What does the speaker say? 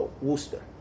Worcester